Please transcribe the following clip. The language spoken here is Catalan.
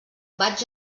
vaig